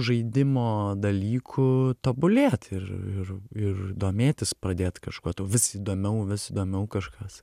žaidimo dalyku tobulėt ir ir domėtis pradėt kažkuo vis įdomiau vis įdomiau kažkas